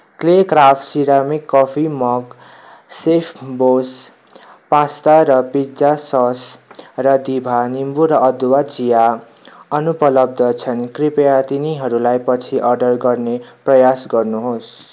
clay craft ceramic coffee mug सेफबोस pasta र pizza sauce र दिभा निम्बु र अदुवा चिया अनुपलब्ध छन् कृपया तिनीहरूलाई पछि अर्डर गर्ने प्रयास गर्नु होस्